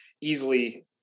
easily